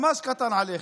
ממש קטן עליכם.